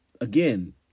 again